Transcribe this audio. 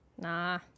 Nah